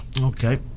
okay